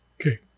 Okay